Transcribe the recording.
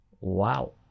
Wow